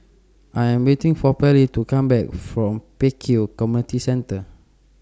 I Am waiting For Pallie to Come Back from Pek Kio Community Centre